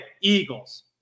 Eagles